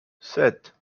sept